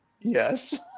Yes